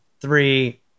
three